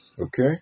Okay